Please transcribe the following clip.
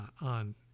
on